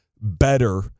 better